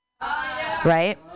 right